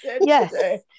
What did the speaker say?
Yes